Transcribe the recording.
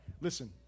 listen